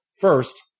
first